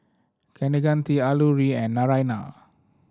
Kaneganti Alluri and Naraina